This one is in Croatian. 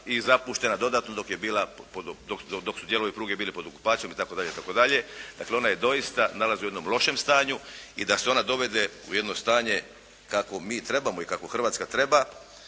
i zapuštena dodatno dok je bila, dok su dijelovi pruge bili pod okupacijom itd., itd.. Dakle ona je doista, nalazi u jednom lošem stanju. I da se ona dovede u jedno stanje kakvo mi trebamo i kakvo Hrvatska treba,